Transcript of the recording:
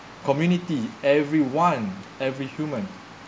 community everyone every human